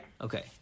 Okay